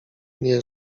nie